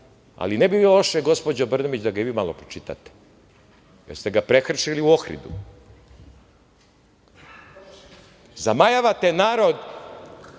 ali ne bi bilo loše, gospođo Brnabić, da ga i vi malo pročitate, jer ste ga prekršili u Ohridu. Zamajavate narod